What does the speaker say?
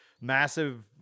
massive